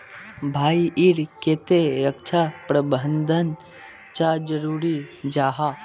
भाई ईर केते रक्षा प्रबंधन चाँ जरूरी जाहा?